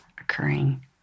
occurring